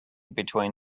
between